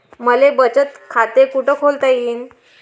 मले बचत खाते कुठ खोलता येईन?